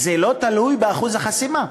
זה לא תלוי באחוז החסימה.